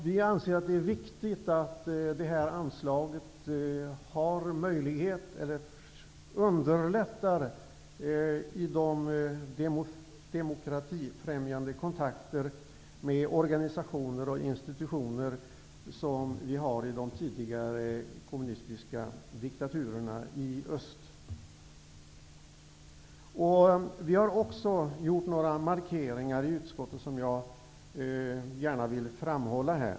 Vi anser att det är viktigt att detta anslag underlättar demokratifrämjande kontakter med organisationer och institutioner i de tidigare kommunistiska diktaturerna i öst. Vi har i utskottet gjort några markeringar som jag gärna vill framhålla.